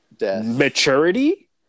maturity